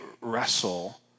wrestle